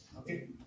Okay